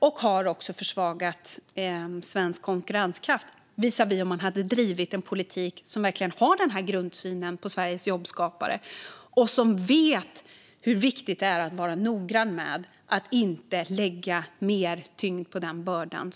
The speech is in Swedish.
Det har också försvagat svensk konkurrenskraft jämfört med om man hade drivit en politik utifrån denna syn på Sveriges jobbskapare och vetskapen om hur viktigt det är att vara noggrann med att inte lägga mer sten på börda.